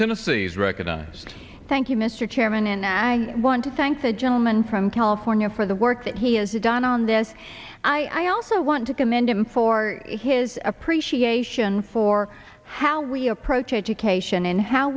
tennessee is recognized thank you mr chairman and i want to thank the gentleman from california for the work that he has done on this i also want to commend him for his appreciation for how we approach education and how